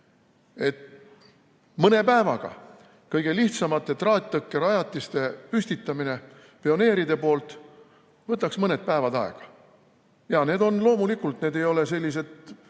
et mõne päevaga. Kõige lihtsamate traattõkkerajatiste püstitamine pioneeride poolt võtaks mõned päevad aega. Loomulikult need ei ole sellised